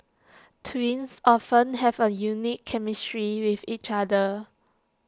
twins often have A unique chemistry with each other